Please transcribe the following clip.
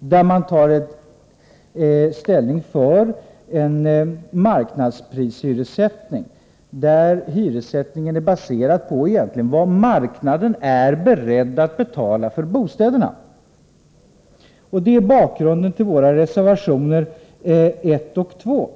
och som bygger på en marknadsprishyressättning — en hyressättning baserad på vad marknaden egentligen är beredd att betala för bostäderna. Detta är också bakgrunden till våra reservationer 1 och 2.